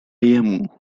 jemu